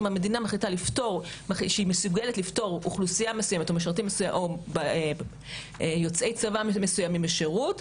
אם המדינה מחליטה לפטור אוכלוסייה מסוימת או יוצאי צבא מסוימים משירות,